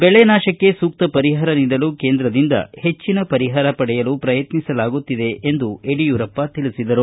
ಬೆಳೆನಾಶಕ್ಕೆ ಸೂಕ್ತ ಪರಿಹಾರ ನೀಡಲು ಕೇಂದ್ರದಿಂದ ಹೆಚ್ಚನ ಪರಿಹಾರ ಪಡೆಯಲು ಪ್ರಯತ್ನಿಸಲಾಗುತ್ತಿದೆ ಎಂದು ಯಡಿಯೂರಪ್ಪ ಹೇಳಿದರು